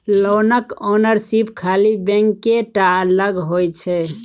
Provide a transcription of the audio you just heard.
लोनक ओनरशिप खाली बैंके टा लग होइ छै